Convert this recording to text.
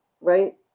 right